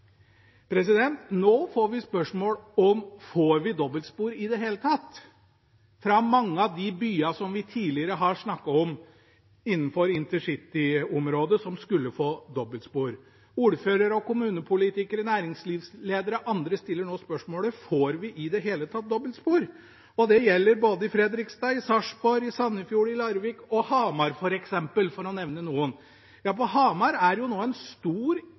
får dobbeltspor i det hele tatt, fra mange av de byene som vi tidligere har snakket om innenfor intercityområdet som skulle få dobbeltspor. Ordførere og kommunepolitikere, næringslivsledere og andre stiller nå spørsmålet: Får vi i det hele tatt dobbeltspor? Det gjelder i både Fredrikstad, Sarpsborg, Sandefjord, Larvik og Hamar, for å nevne noen. På Hamar er det i disse dager en stor